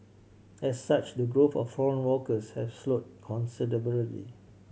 as such the growth of the foreign workforce has slowed considerably